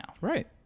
Right